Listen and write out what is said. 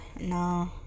no